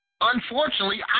unfortunately